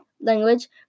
language